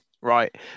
right